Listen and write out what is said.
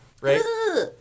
right